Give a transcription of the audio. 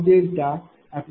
0आहे